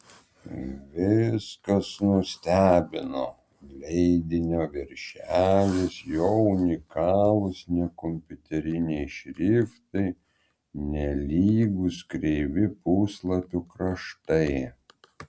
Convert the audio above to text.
viskas nustebino leidinio viršelis jo unikalūs nekompiuteriniai šriftai nelygūs kreivi puslapių kraštai